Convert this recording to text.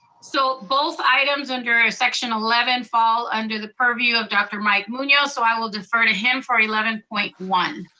so both items under ah section eleven fall under the purview of dr. mike munoz, so i will defer to him for eleven point one.